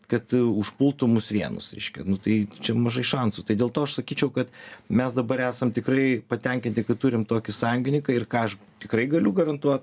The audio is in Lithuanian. kad užpultų mus vienus reiškia nu tai čia mažai šansų tai dėl to aš sakyčiau kad mes dabar esam tikrai patenkinti kad turim tokį sąjungininką ir ką aš tikrai galiu garantuot